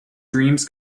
dreams